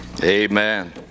Amen